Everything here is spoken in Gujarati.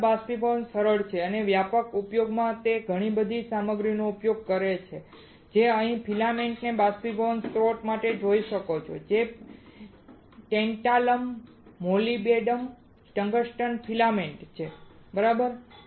થર્મલ બાષ્પીભવન સરળ છે અને વ્યાપક ઉપયોગમાં તે ઘણી સામગ્રીઓનો ઉપયોગ કરે છે જે તમે અહીં ફિલામેન્ટ્સને બાષ્પીભવન સ્ત્રોત માટે જોઈ શકો છો જે ટેન્ટાલમ મોલિબેડનમ ટંગસ્ટન ફિલામેન્ટ છે બરાબર